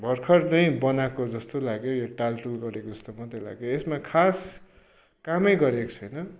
भर्खर नै बनाएको जस्तो लाग्यो यो टालटुल गरेको जस्तो मात्रै लाग्यो यसमा खास कामै गरेको छैन